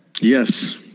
yes